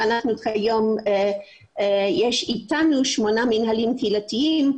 וכיום יש אתנו שמונה מינהלים קהילתיים,